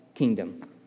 Kingdom